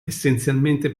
essenzialmente